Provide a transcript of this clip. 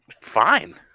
fine